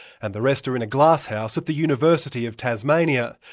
and the rest are in a glasshouse at the university of tasmania.